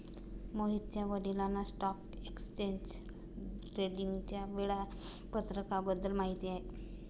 मोहितच्या वडिलांना stock exchange ट्रेडिंगच्या वेळापत्रकाबद्दल माहिती आहे